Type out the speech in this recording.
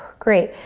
great.